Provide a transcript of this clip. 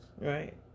Right